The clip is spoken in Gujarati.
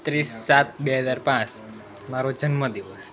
ત્રીસ સાત બે હજાર પાંચ મારો જન્મ દિવસ